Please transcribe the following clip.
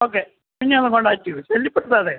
okay പിന്നെയൊന്ന് contact ചെയ്യൂ ശല്യപ്പെടുത്താതെ